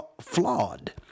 flawed